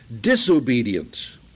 disobedience